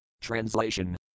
Translation